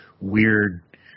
weird